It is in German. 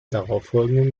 darauffolgenden